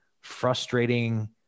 frustrating